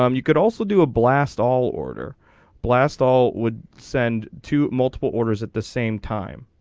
um you could also do a blast all order blast all would send to multiple orders at the same time.